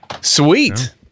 Sweet